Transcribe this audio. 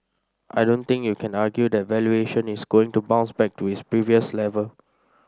I don't think you can argue that valuation is going to bounce back to its previous level